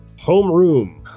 homeroom